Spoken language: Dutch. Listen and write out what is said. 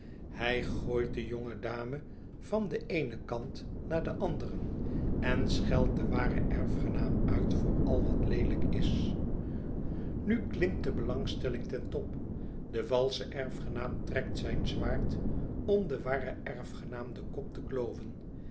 hij gooit de jonge dame van den eenen kant naar den anderen en scheldt den waren erfgenaam uit voor al wat leelijk is nu klimt de belangstelling ten top de valsche erfgenaam trekt zijn zwaard om den waren erfgenaam den kop te klooven